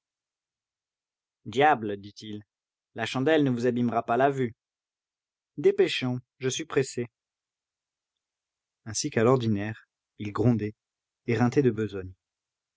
diable dit-il la chandelle ne vous abîmera pas la vue dépêchons je suis pressé ainsi qu'à l'ordinaire il grondait éreinté de besogne